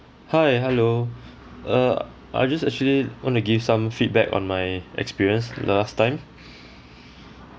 hi hello uh I just actually want to give some feedback on my experience last time